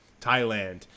Thailand